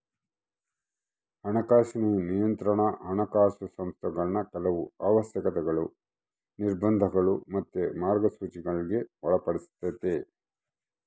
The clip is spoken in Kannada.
ಹಣಕಾಸಿನ ನಿಯಂತ್ರಣಾ ಹಣಕಾಸು ಸಂಸ್ಥೆಗುಳ್ನ ಕೆಲವು ಅವಶ್ಯಕತೆಗುಳು, ನಿರ್ಬಂಧಗುಳು ಮತ್ತೆ ಮಾರ್ಗಸೂಚಿಗುಳ್ಗೆ ಒಳಪಡಿಸ್ತತೆ